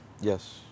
Yes